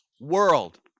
world